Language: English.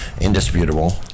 Indisputable